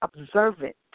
observant